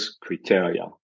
criteria